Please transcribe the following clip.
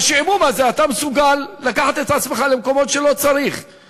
בשעמום הזה אתה מסוגל לקחת את עצמך למקומות שלא צריך להגיע אליהם.